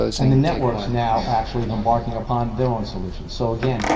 and the networks now actually are embarking upon their own solutions. so again,